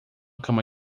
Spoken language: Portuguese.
cama